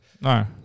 No